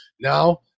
now